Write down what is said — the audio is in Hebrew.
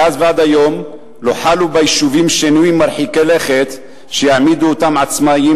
מאז ועד היום לא חלו ביישובים שינויים מרחיקי לכת שיעמידו אותם עצמאיים,